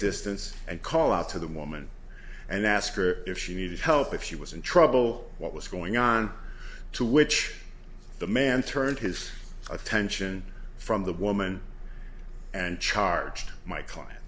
distance and call out to the woman and ask her if she needed help if she was in trouble what was going on to which the man turned his attention from the woman and charged my client